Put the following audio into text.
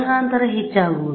ತರಂಗಾಂತರ ಹೆಚ್ಚಾಗುತ್ತದೆ